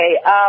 Okay